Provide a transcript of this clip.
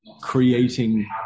creating